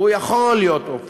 הוא יכול להיות רופס,